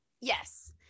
Yes